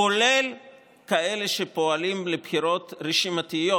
כולל כאלה שפועלות לבחירות רשימתיות,